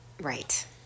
Right